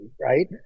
right